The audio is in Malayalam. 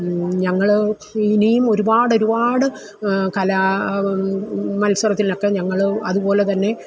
ഞങ്ങൾ ഇനിയും ഒരുപാട് ഒരുപാട് കലാ മത്സരത്തിലൊക്കെ ഞങ്ങൾ അതുപോലെത്തന്നെ